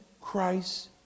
Christ